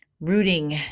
Rooting